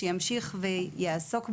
שימשיך ויעסוק בזה.